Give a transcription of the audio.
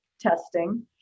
testing